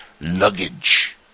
luggage